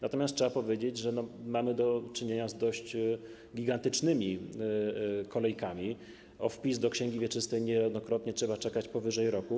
Natomiast trzeba powiedzieć, że mamy do czynienia z dość gigantycznymi kolejkami, po wpis do księgi wieczystej niejednokrotnie trzeba czekać powyżej roku.